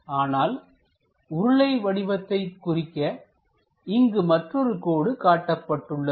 ஆனால் உருளை வடிவத்தை குறிக்க இங்கு மற்றொரு கோடு காட்டப்பட்டுள்ளது